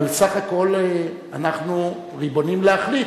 אבל בסך הכול אנחנו ריבונים להחליט,